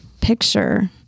picture